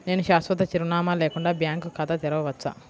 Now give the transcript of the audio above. నేను శాశ్వత చిరునామా లేకుండా బ్యాంక్ ఖాతా తెరవచ్చా?